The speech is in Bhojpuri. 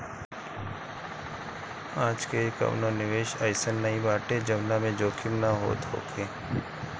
आजके कवनो निवेश अइसन नाइ बाटे जवना में जोखिम ना होखे